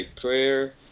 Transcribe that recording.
prayer